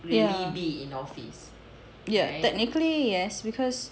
ya ya technically yes because